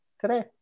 today